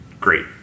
great